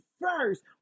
first